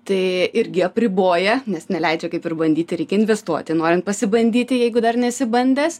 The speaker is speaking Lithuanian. tai irgi apriboja nes neleidžia kaip ir bandyti reikia investuoti norint pasibandyti jeigu dar nesi bandęs